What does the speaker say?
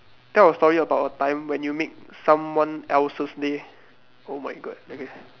tell a story about a time when you made someone else's day oh my god okay